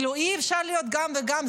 אי-אפשר להיות גם וגם.